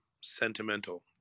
sentimental